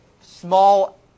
small